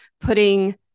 putting